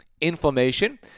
inflammation